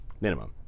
minimum